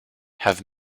have